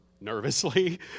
nervously